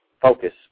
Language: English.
focus